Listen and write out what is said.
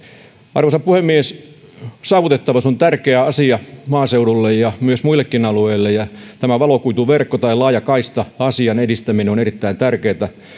arvoisa puhemies saavutettavuus on tärkeä asia maaseudulle ja myös muillekin alueille ja tämän valokuituverkon laajakaista asian edistäminen on erittäin tärkeätä